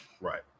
right